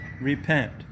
repent